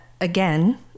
Again